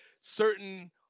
certain